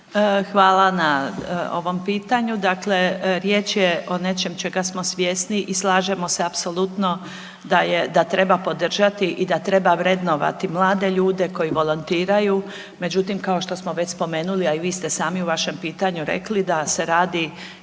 Hvala na ovom pitanju. Dakle, riječ je o nečemu čega smo svjesni i slažemo se apsolutno da treba podržati i da treba vrednovati mlade ljude koji volontiraju, međutim kao što smo već spomenuli, a i vi ste sami u vašem pitanju rekli da se radi